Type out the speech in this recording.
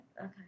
Okay